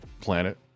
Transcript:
planet